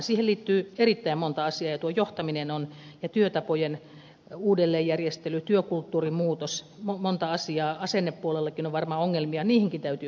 siihen liittyy erittäin monta asiaa johtaminen ja työtapojen uudelleenjärjestely työkulttuurin muutos monta asiaa asennepuolellakin on varmaan ongelmia niihinkin täytyy puuttua